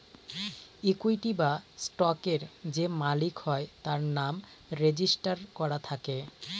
equity বা স্টকের যে মালিক হয় তার নাম রেজিস্টার করা থাকে